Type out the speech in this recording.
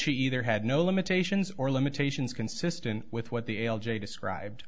she either had no limitations or limitations consistent with what the l j described